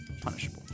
punishable